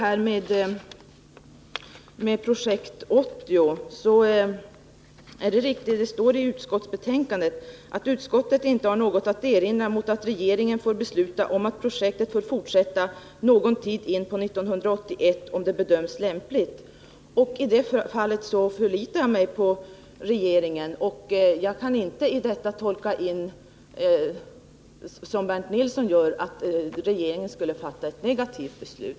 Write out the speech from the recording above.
När det gäller Projekt 80 är det riktigt att det står i utskottsbetänkandet att utskottet inte har något att erinra mot att regeringen får besluta om att projektet får fortsätta någon tid in på 1981, om det bedöms lämpligt. I det fallet förlitar jag mig på regeringen. Jag kan inte i den här meningen tolka in, som Bernt Nilsson gör, att regeringen skulle komma att fatta ett negativt beslut.